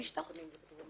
זה משטרה.